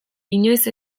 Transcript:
inoiz